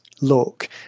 look